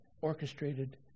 orchestrated